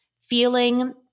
feeling